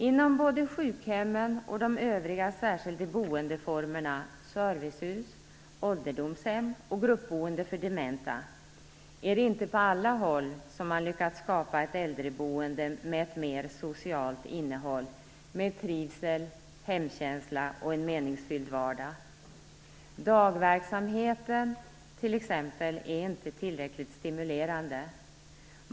Inom både sjukhemmen och de övriga särskilda boendeformerna, dvs. servicehus, ålderdomshem och gruppboende för dementa, har man inte på alla håll lyckats skapa ett äldreboende med ett mer socialt innehåll med trivsel, hemkänsla och en meningsfylld vardag. Dagverksamheten, t.ex., är inte tillräckligt stimulerande.